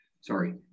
Sorry